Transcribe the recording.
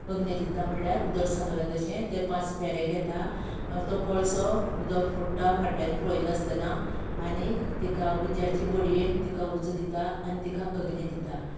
अग्नी दिता म्हळ्यार वदळ सांगलां तशें पांच फेरे घेता तो कोळसो उदक फोडटा फाटल्यान पळयनासतना आनीक तिका उज्याचे बडयेन तिका उजो दिता आनी तिका अग्नी दिता